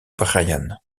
bryan